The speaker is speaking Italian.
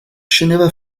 scendeva